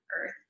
earth